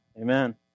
Amen